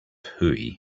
hooey